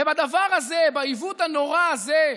ובדבר הזה, בעיוות הנורא הזה,